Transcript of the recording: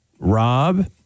Rob